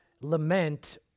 Lament